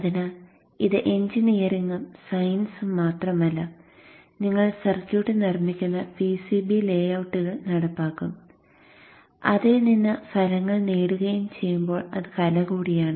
അതിനാൽ ഇത് എഞ്ചിനീയറിംഗും സയൻസും മാത്രമല്ല നിങ്ങൾ സർക്യൂട്ട് നിർമ്മിക്കുന്ന PCB ലേഔട്ടുകൾ നടപ്പിലാക്കുകയും അതിൽ നിന്ന് ഫലങ്ങൾ നേടുകയും ചെയ്യുമ്പോൾ അത് കല കൂടിയാണ്